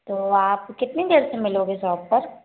तो आप कितनी देर से मिलोगे शॉप पर